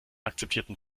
akzeptierten